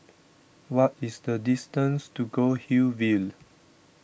what is the distance to Goldhill View